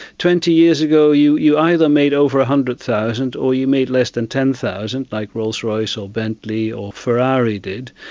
twenty years ago you you either made over one hundred thousand or you made less than ten thousand, like rolls-royce or bentley or ferrari did,